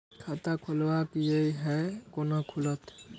खाता खोलवाक यै है कोना खुलत?